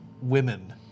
women